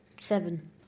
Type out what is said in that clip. seven